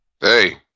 Hey